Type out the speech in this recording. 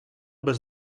bez